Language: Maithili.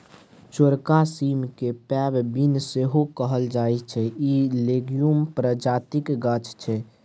चौरका सीम केँ फेब बीन सेहो कहल जाइ छै इ लेग्युम प्रजातिक गाछ छै